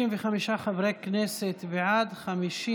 ועדת